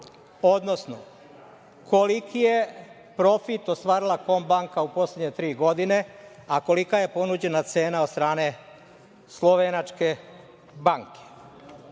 odnosno koliki je profit ostvarila „Kombanka“ u poslednje tri godine, a kolika je ponuđena cena od strane slovenačke banke? Drugo